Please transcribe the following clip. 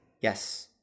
Yes